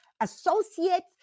associates